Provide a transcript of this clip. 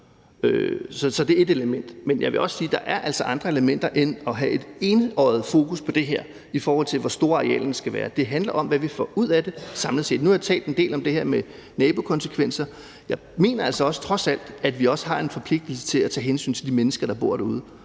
Så det er ét element. Men jeg vil sige, at der altså også er andre elementer end at have et enøjet fokus på det her, i forhold til hvor store arealerne skal være. Det handler om, hvad vi får ud af det samlet set. Nu har jeg talt en del om det her med nabokonsekvenser; jeg mener altså, at vi trods alt også har en forpligtelse til at tage hensyn til de mennesker, der bor derude